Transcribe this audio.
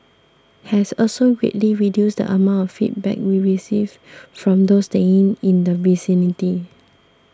has also greatly reduced the amount of feedback we received from those staying in the vicinity